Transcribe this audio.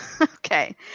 Okay